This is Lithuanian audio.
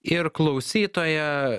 ir klausytoją